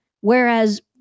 Whereas